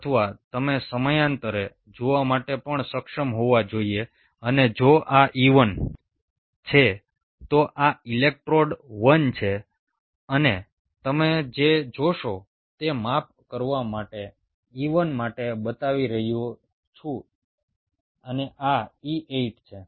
અથવા તમે સમાંતર જોવા માટે પણ સક્ષમ હોવા જોઈએ અને જો આ E1 છે તો આ ઇલેક્ટ્રોડ 1 છે અને તમે જે જોશો તે માપ કરવા માટે આ E1 માટે બતાવી રહ્યું છે અને આ E8 છે